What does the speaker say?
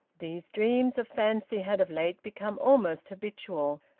these dreams of fancy had of late become almost habitual,